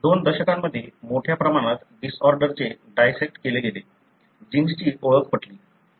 दोन दशकांमध्ये मोठ्या प्रमाणात डिसऑर्डरचे डायसेक्ट केले गेले जीन्सची ओळख पटली